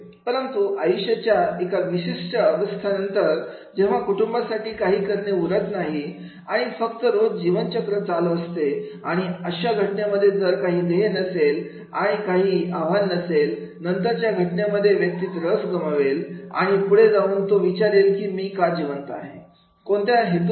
परंतु आयुष्याच्या एका विशिष्ट अवस्था नंतर जेव्हा कुटुंबासाठी काही करणे योग्य उरत नाही आणि आणि फक्त रोज जीवन चक्र चालू असते आणि अशा घटनेमध्ये जर काही ध्येय नसेल काही आव्हान नसेलनंतरच्या घटनेमध्ये व्यक्ती रस गमावेल आणि पुढे जाऊन तो विचारेल मी का जिवंत आहे कोणत्या हेतू साठी